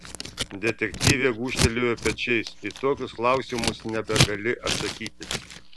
detektyvė gūžtelėjo pečiais į tokius klausimus nebegali atsakyti